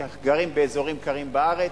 שגרים באזורים קרים בארץ.